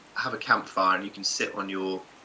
have a campfire and you can sit on your